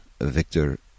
Victor